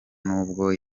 nubwo